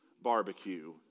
barbecue